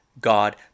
God